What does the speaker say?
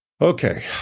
Okay